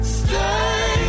stay